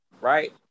Right